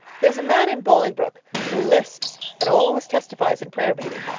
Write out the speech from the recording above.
there is a man in bolingbroke who lisps and always testifies in prayer-meeting.